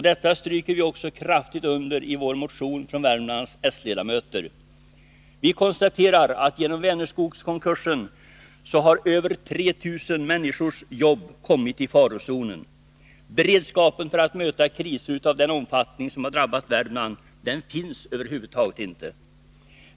Detta stryker vi också kraftigt under i vår motion från Värmlands s-ledamöter. Vi konstaterar att genom Vänerskogskonkursen har över 3 000 människors jobb kommit i farozonen. Beredskap för att möta kriser av den omfattning som drabbat Värmland finns över huvud taget inte.